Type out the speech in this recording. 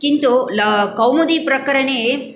किन्तु कौमुदीप्रकरणे